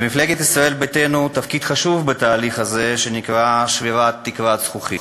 למפלגת ישראל ביתנו יש תפקיד חשוב בתהליך הזה שנקרא שבירת תקרת זכוכית,